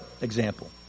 example